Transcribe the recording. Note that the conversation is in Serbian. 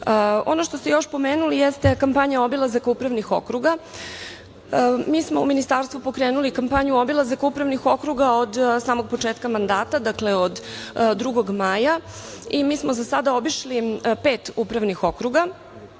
što ste još spomenuli jeste kampanja „Obilazak upravnih okruga“. Mi smo u ministarstvu pokrenuli kampanju „Obilazak upravnih okruga“ od samog početka mandata, dakle, od 2. maja. Za sada smo obišli pet upravnih okruga,